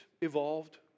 evolved